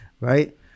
right